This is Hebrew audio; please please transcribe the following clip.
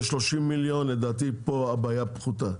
יש 30 מיליון, לדעתי פה בעיה פחותה.